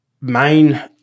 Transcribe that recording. main